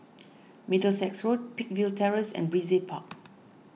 Middlesex Road Peakville Terrace and Brizay Park